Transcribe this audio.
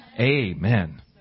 Amen